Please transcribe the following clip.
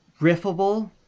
riffable